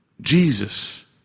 Jesus